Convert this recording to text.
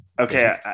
Okay